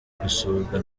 gusurwa